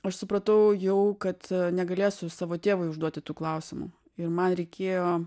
aš supratau jau kad negalėsiu savo tėvui užduoti tų klausimų ir man reikėjo